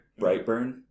Brightburn